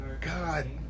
god